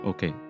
Okay